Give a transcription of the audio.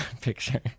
picture